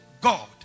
God